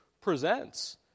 presents